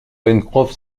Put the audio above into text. pencroff